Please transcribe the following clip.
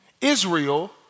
Israel